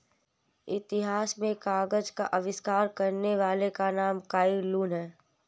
इतिहास में कागज का आविष्कार करने वाले का नाम काई लुन है